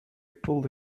pulled